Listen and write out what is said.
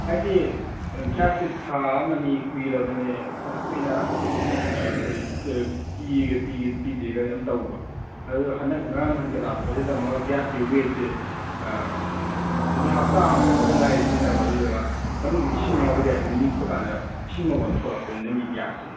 ꯍꯥꯏꯗꯤ ꯒ꯭ꯌꯥꯁꯁꯦ ꯊꯥ ꯑꯃꯅꯤ ꯀꯨꯏꯔꯕꯅꯦ ꯐꯅ ꯀꯨꯏꯅ ꯑꯩꯈꯣꯏ ꯄꯤꯒꯦ ꯄꯤꯒꯦ ꯄꯤꯗꯦꯒ ꯑꯗꯨꯝ ꯇꯧꯕ ꯑꯗꯣ ꯍꯟꯗꯛ ꯉꯔꯥꯡ ꯅꯍꯥꯟꯇ ꯂꯥꯛꯄꯁꯤꯗ ꯑꯃꯨꯛ ꯒ꯭ꯌꯥꯁꯀꯤ ꯋꯦꯕꯁꯦ ꯅꯨꯃꯤꯠ ꯍꯞꯇꯥ ꯑꯃ ꯈꯛꯇꯪ ꯉꯥꯏꯔꯤ ꯁꯤꯖꯤꯟꯅꯕ ꯑꯗꯨꯗꯨꯒ ꯃꯅꯨꯡꯗ ꯏꯁꯤꯡ ꯌꯥꯎꯕꯒꯤ ꯇꯥꯏꯞꯇ ꯅꯤꯛꯄ ꯀꯥꯟꯗ ꯏꯁꯤꯡ ꯃꯈꯣꯟ ꯊꯣꯛꯂꯛꯄ ꯅꯪꯒꯤ ꯒꯤꯌꯥꯁꯁꯦ